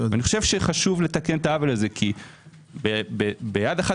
אני חושב שחשוב לתקן את העוול הזה, כי ביד אחת